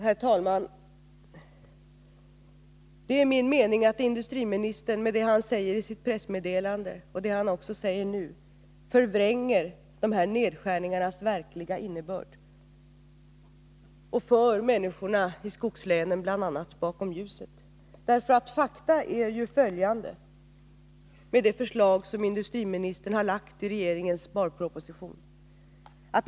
Herr talman! Det är min mening att industriministern med det han säger i sitt pressmeddelande och nu i kammaren förvränger nedskärningarnas verkliga innebörd och för människorna i bl.a. skogslänen bakom ljuset. Fakta är ju följande när det gäller det förslag som industriministern har lagt fram i regeringens sparproposition.